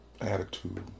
attitude